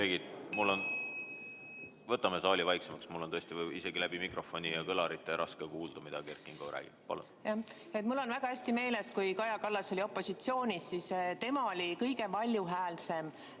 kolleegid, võtame saalis vaiksemaks! Mul on tõesti isegi läbi mikrofoni ja kõlarite raske kuulda, mida Kert Kingo räägib. Palun! Mul on väga hästi meeles, et kui Kaja Kallas oli opositsioonis, siis tema oli siin kõige valjuhäälsem